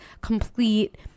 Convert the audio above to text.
complete